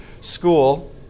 school